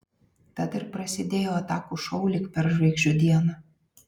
tad ir prasidėjo atakų šou lyg per žvaigždžių dieną